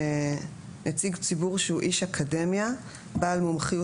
(3)נציג ציבור שהוא איש אקדמיה בעל מומחיות